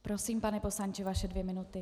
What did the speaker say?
Prosím, pane poslanče, vaše dvě minuty.